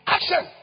Action